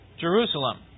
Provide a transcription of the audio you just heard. Jerusalem